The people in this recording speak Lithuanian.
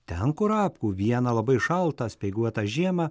ten kurapkų vieną labai šaltą speiguotą žiemą